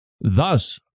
Thus